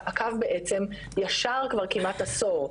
הקו בעצם ישר כבר כמעט עשור.